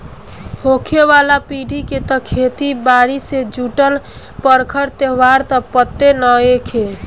होखे वाला पीढ़ी के त खेती बारी से जुटल परब त्योहार त पते नएखे